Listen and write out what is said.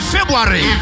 February